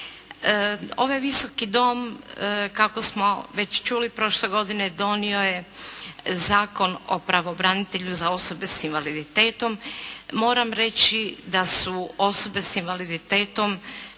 Ovaj Visoki dom kako smo već čuli prošle godine donio je Zakon o pravobranitelju za osobe s invaliditetom. Moram reći da su osobe s invaliditetom